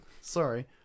sorry